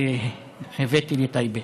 שהבאתי לטייבה,